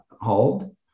hold